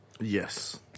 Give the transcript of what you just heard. Yes